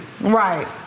Right